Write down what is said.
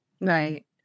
Right